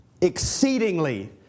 Exceedingly